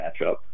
matchup